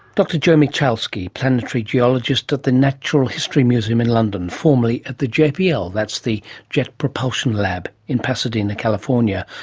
dr joe michalski, planetary geologist at the natural history museum in london, formerly at the jpl, that's the jet propulsion lab in pasadena, california,